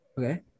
Okay